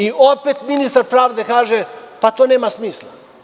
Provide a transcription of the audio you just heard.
I, opet ministar pravde kaže – pa to nema smisla.